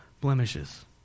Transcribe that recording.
blemishes